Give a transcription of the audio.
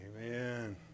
Amen